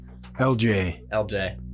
LJ